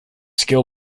skill